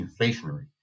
inflationary